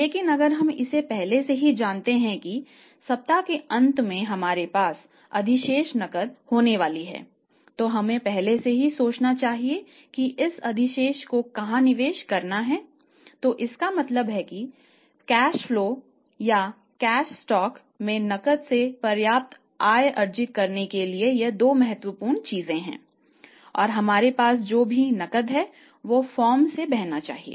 लेकिन अगर हम इसे पहले से जानते हैं कि सप्ताह के अंत में हमारे पास अधिशेष नकद में नकद से पर्याप्त आय अर्जित करने के लिए यह 2 महत्वपूर्ण चीजें हैं और हमारे पास जो भी नकद है वह फर्म में बहना चाहिए